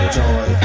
joy